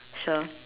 sure